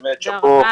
תודה.